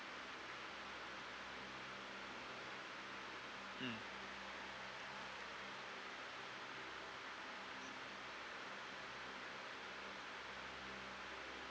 mm